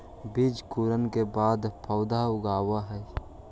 बीजांकुरण के बाद पौधा उगऽ हइ